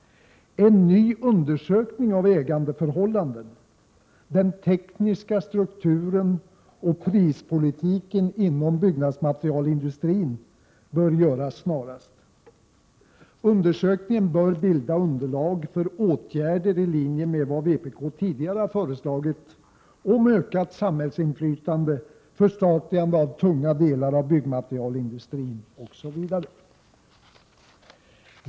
En ny undersökning av ägandeförhållanden, den tekniska strukturen och prispolitiken inom byggmaterialindustrin bör göras snarast. Undersökningen bör bilda underlag för åtgärder i linje med vad vpk tidigare föreslagit om ökat samhällsinflytande, förstatligande av de tunga delarna av byggmaterialindustrin, osv.